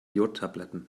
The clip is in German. jodtabletten